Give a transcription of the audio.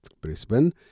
Brisbane